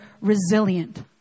resilient